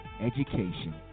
education